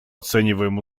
оцениваем